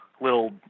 little